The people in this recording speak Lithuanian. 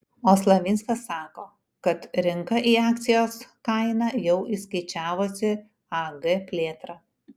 o slavinskas sako kad rinka į akcijos kainą jau įskaičiavusi ag plėtrą